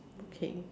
okay